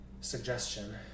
suggestion